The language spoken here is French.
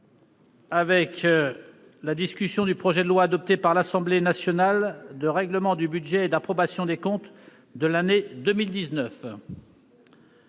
appelle la discussion du projet de loi, adopté par l'Assemblée nationale, de règlement du budget et d'approbation des comptes de l'année 2019